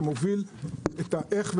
שמוביל את האיך,